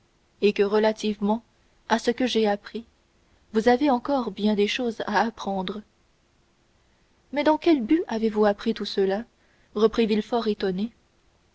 et que relativement à ce que j'ai appris vous avez encore bien des choses à apprendre mais dans quel but avez-vous appris tout cela reprit villefort étonné